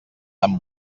tan